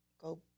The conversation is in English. go